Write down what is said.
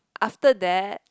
after that